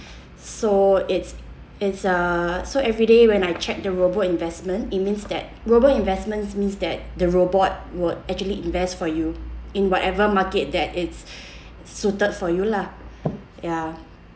so it's it's uh so every day when I check the robo investment it means that robo investments means that the robot would actually invest for you in whatever market that it's suited for you lah ya